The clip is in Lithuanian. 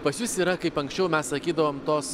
pas jus yra kaip anksčiau mes sakydavom tos